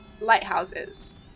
lighthouses